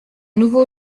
nouveau